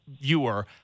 viewer